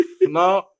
No